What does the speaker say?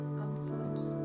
comforts